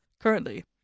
Currently